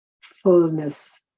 fullness